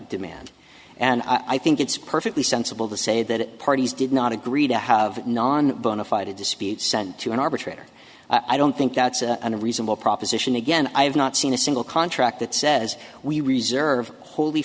demand and i think it's perfectly sensible to say that parties did not agree to have non bona fide disputes sent to an arbitrator i don't think that's a reasonable proposition again i have not seen a single contract that says we reserve whol